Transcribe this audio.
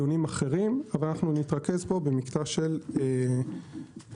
אחרים, אבל אנחנו נתרכז במקטע של החלוקה.